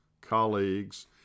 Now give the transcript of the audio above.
colleagues